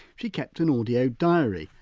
she kept an audio diary,